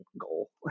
goal